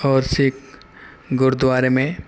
اور سکھ گوردوارے میں